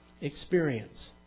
experience